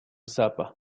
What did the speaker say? zappa